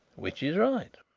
which is right?